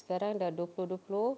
sekarang sudah dua puluh dua puluh